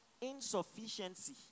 insufficiency